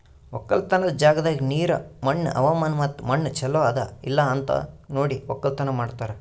ಒಕ್ಕಲತನದ್ ಜಾಗದಾಗ್ ನೀರ, ಮಣ್ಣ, ಹವಾಮಾನ ಮತ್ತ ಮಣ್ಣ ಚಲೋ ಅದಾ ಇಲ್ಲಾ ಅಂತ್ ನೋಡಿ ಒಕ್ಕಲತನ ಮಾಡ್ತಾರ್